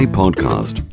podcast